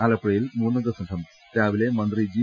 ആലപ്പുഴയിൽ മൂന്നംഗ സംഘം രാവിലെ മന്ത്രി ജി